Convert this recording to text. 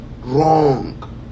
wrong